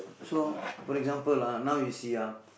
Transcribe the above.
so for example ah now you see ah